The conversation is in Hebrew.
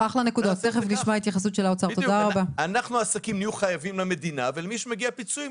אנחנו נהיה חייבים למדינה ומי שלא יגיעו לו פיצויים,